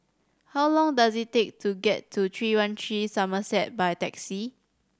how long does it take to get to Three One Three Somerset by taxi